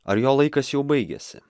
ar jo laikas jau baigėsi